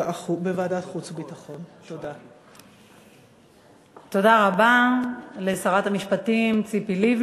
ולא יחול חוק חקירת סיבות מוות האזרחי אלא אם